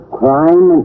crime